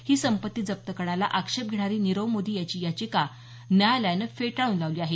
ही संपत्ती जप्त करण्याला आक्षेप घेणारी नीरव मोदी याची याचिका न्यायालयानं फेटाळून लावली आहे